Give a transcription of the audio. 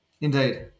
Indeed